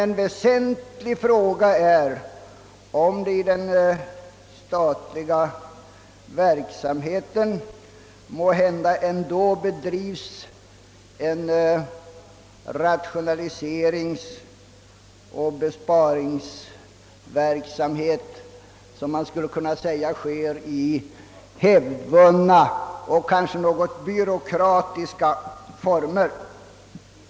Den väsentliga frågan är dock om det inte i den statliga verksamheten måhända ändå bedrivs en rationaliseringsoch besparingsverksamhet i alltför hävdvunna och kanske något byråkratiska former.